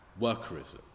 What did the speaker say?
workerism